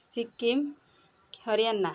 Sikkim Haryana